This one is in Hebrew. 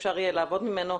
שאפשר יהיה לעבוד ממנו.